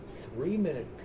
three-minute